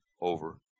over